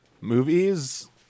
movies